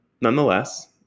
nonetheless